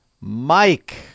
Mike